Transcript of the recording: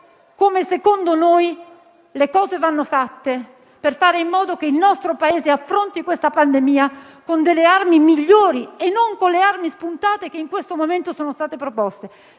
come, secondo noi, le cose vanno fatte per fare in modo che il nostro Paese affronti questa pandemia con armi migliori e non con le armi spuntate che in questo momento sono state proposte.